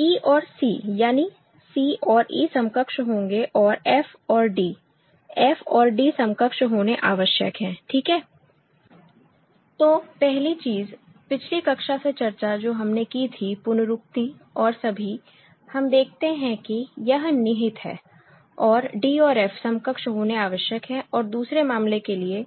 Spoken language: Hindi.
e और c यानी c और e समकक्ष होंगे और f और d f और d समकक्ष होने आवश्यक है ठीक है तो पहली चीज पिछली कक्षा से चर्चा जो हमने की थी पुनरुक्ति और सभी हम देखते हैं कि यह निहित है और d और f समकक्ष होने आवश्यक है और दूसरे मामले के लिए